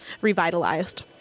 revitalized